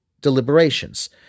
deliberations